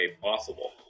possible